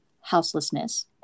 houselessness